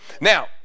Now